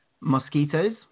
Mosquitoes